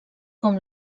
com